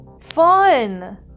Fun